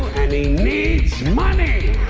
needs money!